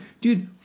Dude